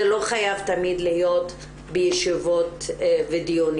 זה לא חייב תמיד להיות בישיבות ודיונים.